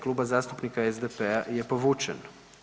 Kluba zastupnika SDP-a je povučen.